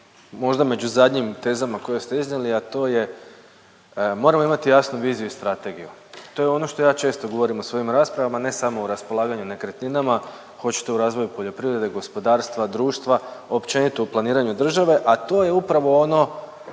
možda među zadnjim tezama koje ste iznijeli, a to je moramo imati jasnu viziju strategije. To je ono što ja često govorim u svojim raspravama ne samo o raspolaganju nekretninama hoćete o razvoju poljoprivrede gospodarstva, društva, općenito u planiranju države, a to je upravo ono